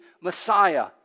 Messiah